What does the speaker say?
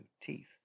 teeth